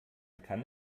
kann